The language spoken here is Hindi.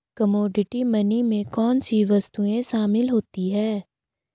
कमोडिटी मनी में कौन सी वस्तुएं शामिल होती हैं?